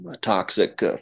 toxic